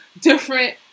different